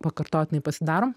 pakartotinai pasidarom